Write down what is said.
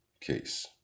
case